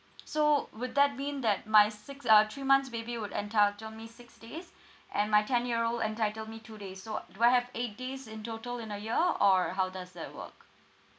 so would that mean that my six uh three months baby would entitle me six days and my ten year old entitle me two days so do I have eight days in total in a year or how does that work